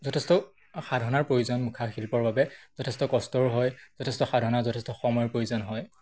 যথেষ্ট সাধনাৰ প্ৰয়োজন মুখা শিল্পৰ বাবে যথেষ্ট কষ্টৰো হয় যথেষ্ট সাধনা যথেষ্ট সময়ৰ প্ৰয়োজন হয়